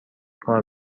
کار